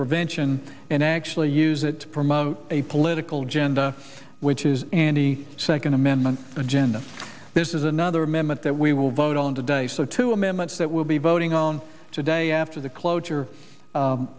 prevention and actually use it to promote a political agenda which is anti second amendment agenda this is another mehmet that we will vote on today so two amendments that will be voting on today after the cloture